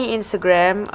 Instagram